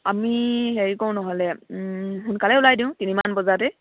আমি হেৰি কৰোঁ নহ'লে সোনকালেই ওলাই দিওঁ তিনিমান বজাতে